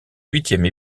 huitième